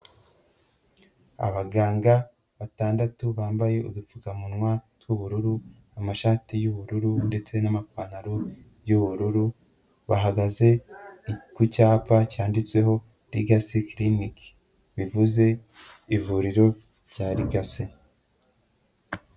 Abaganga batandatu bambaye udupfukamunwa tw'ubururu, amashati y'ubururu ndetse n'amapantaro y'ubururu, bahagaze ku cyapa cyanditseho Legacy Clinic, bivuze ivuriro rya Legacy.